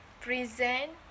present